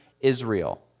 Israel